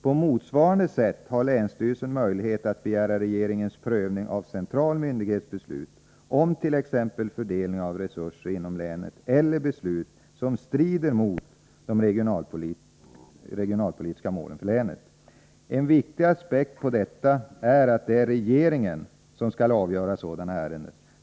På motsvarande sätt har länsstyrelsen möjlighet att begära regeringens prövning av central myndighets beslut om t.ex. fördelning av resurser inom länet eller beslut som strider mot de regionalpolitiska målen för länet. En viktig aspekt på detta är att det är regeringen som skall avgöra sådana ärenden.